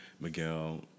Miguel